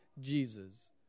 Jesus